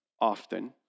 often